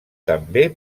també